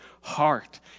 heart